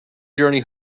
journey